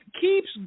keeps